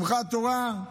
שמחת תורה,